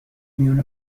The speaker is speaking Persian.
میان